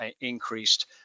increased